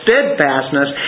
steadfastness